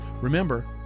Remember